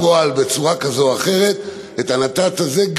להוציא לפועל בצורה כזאת או אחרת את הנת"צ הזה,